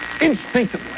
instinctively